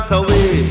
away